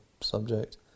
subject